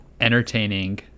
entertaining